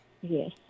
Yes